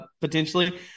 potentially